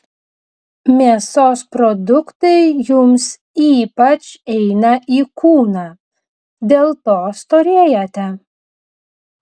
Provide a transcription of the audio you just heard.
mėsos produktai jums ypač eina į kūną dėl to storėjate